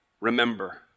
remember